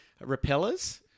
Repellers